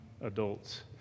adults